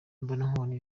imbonankubone